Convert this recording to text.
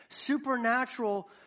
supernatural